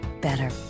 better